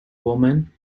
woman